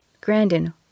Grandin